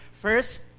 First